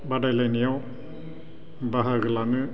बादायलायनायाव बाहागो लानो